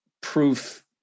proof